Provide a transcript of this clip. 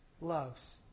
loves